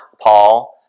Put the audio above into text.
Paul